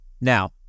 Now